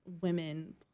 women